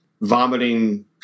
vomiting